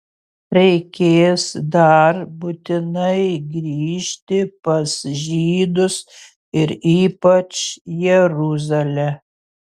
reikės dar būtinai grįžti pas žydus ir ypač jeruzalę